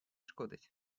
шкодить